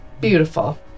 Beautiful